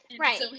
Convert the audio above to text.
Right